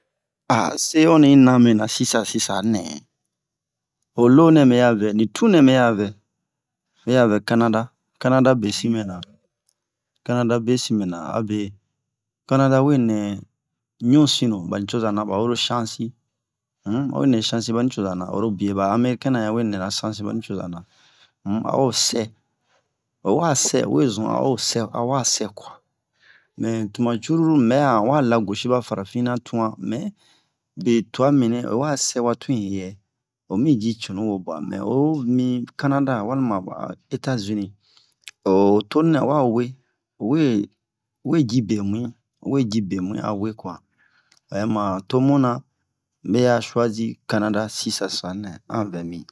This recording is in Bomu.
se onni i na mɛna sisan sisanɛ o lo nɛ mɛya vɛ ni tun nɛ mɛya vɛ mɛya vɛ canada canada besin mɛna canada besin mɛna abe canada we nɛ ɲusinu bani coza na bawero chance um bawe nɛ chance bani cozana oro bwe ba americain na yawe nɛra chance bani cozana um a'o sɛ owa sɛ owe zun a'o sɛ awa sɛ kua mɛ kuma cruru mubɛ'a owa lagoci ba farafina tuan mɛ betuan mimini oyi wa sɛwa tun heyɛ omi ji tunuwo bua mɛ omi canada walima ba etat-unis o tonu nɛ owa we owe ji be muyi owe ji be muyi awe kua o'ɛma tomuna meya choisi canada sisan sisanɛ an vɛ mi